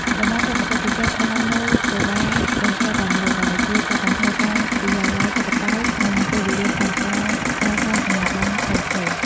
តំបន់សេដ្ឋកិច្ចពិសេស ផ្ដល់នូវ "សេវាបញ្ជរតែមួយ" ដែលជួយកាត់បន្ថយការិយាធិបតេយ្យ និងពេលវេលាក្នុងការស្នើសុំអាជ្ញាបណ្ណផ្សេងៗ។